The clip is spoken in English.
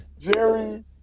Jerry